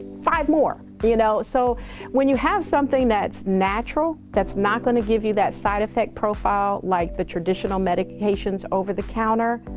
five more you know. so when you have something that's natural that's not going to give you that side effect profile like the traditional medications over the counter.